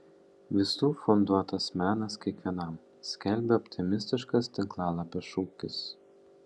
visų funduotas menas kiekvienam skelbia optimistiškas tinklalapio šūkis